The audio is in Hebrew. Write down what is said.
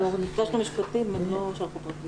משרד המשפטים לא שלחו פרקליט.